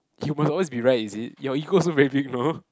you must always be right is it your ego also very big you know